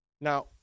now